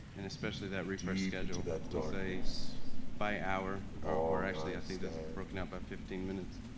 and especially that refresh schedule. we say by hour or actually i think this is broken out by fifteen minutes.